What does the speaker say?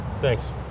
Thanks